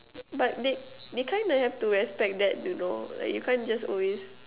but they they kind of have to respect that you know like you can't just always